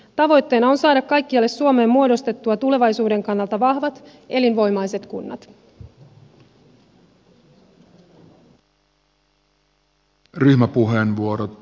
tavoitteena on saada kaikkialle suomeen muodostettua tulevaisuuden kannalta vahvat elinvoimaiset kunnat